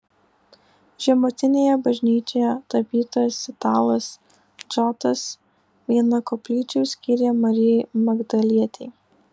žemutinėje bažnyčioje tapytojas italas džotas vieną koplyčių skyrė marijai magdalietei